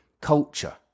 culture